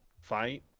fight